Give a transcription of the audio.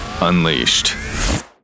Unleashed